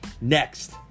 Next